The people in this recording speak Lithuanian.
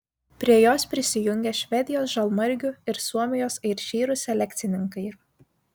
prie jos prisijungė švedijos žalmargių ir suomijos airšyrų selekcininkai